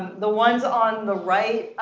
the ones on the right